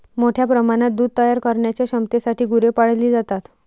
मोठ्या प्रमाणात दूध तयार करण्याच्या क्षमतेसाठी गुरे पाळली जातात